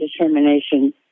determination